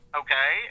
okay